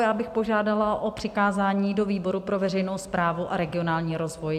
Já bych požádala o přikázání do výboru pro veřejnou správu a regionální rozvoj.